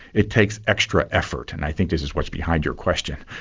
it takes extra effort and i think this is what's behind your question.